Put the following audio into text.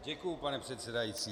Děkuju, pane předsedající.